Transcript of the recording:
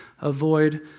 Avoid